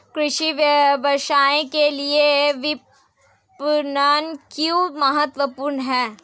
कृषि व्यवसाय के लिए विपणन क्यों महत्वपूर्ण है?